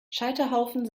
scheiterhaufen